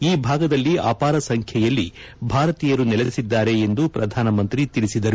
ಈ ಭಾಗದಲ್ಲಿ ಅಪಾರ ಸಂಖ್ಯೆಯಲ್ಲಿ ಭಾರತೀಯರು ನೆಲೆಸಿದ್ದಾರೆ ಎಂದು ಪ್ರಧಾನಮಂತ್ರಿ ತಿಳಿಸಿದರು